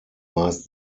meist